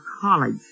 college